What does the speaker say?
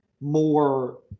more